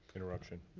interruption.